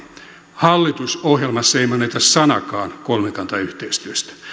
hallitusohjelmassa ei mainita sanaakaan kolmikantayhteistyöstä